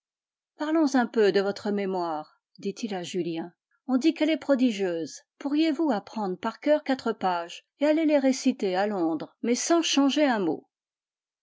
parlons un peu de votre mémoire dit-il à julien on dit qu'elle est prodigieuse pourriez-vous apprendre par coeur quatre pages et aller les réciter à londres mais sans changer un mot